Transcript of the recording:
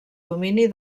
domini